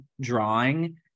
drawing